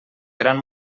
gran